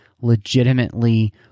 legitimately